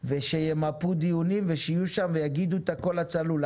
שימפו דיונים ויהיו שם ויגידו את הקול הצלול.